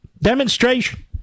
demonstration